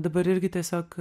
dabar irgi tiesiog